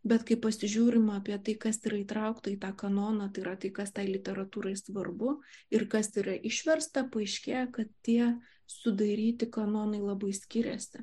bet kai pasižiūrim apie tai kas yra įtraukta į tą kanoną tai yra tai kas ta literatūrai svarbu ir kas yra išversta paaiškėja kad tie sudaryti kanonai labai skiriasi